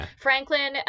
Franklin